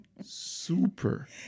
super